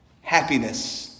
happiness